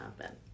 happen